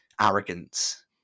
arrogance